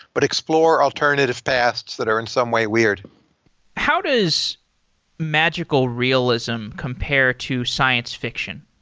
but explore alternative paths that are in some way weird how does magical realism compare to science fiction?